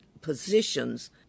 positions